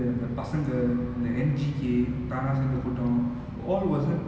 but even then right it didn't have the impact as what normally suriya movies would have